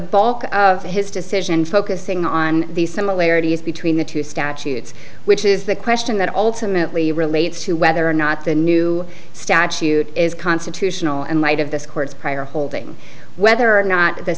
bulk of his decision focusing on the similarities between the two statutes which is the question that ultimately relates to whether or not the new statute is constitutional and might have this court's prior holding whether or not the